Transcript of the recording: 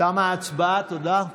תודה.